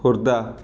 Khordha